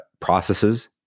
processes